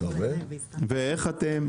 ואיך אתם?